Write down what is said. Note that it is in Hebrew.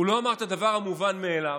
הוא לא אמר את הדבר המובן מאליו,